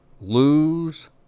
lose